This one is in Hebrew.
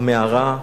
המערה,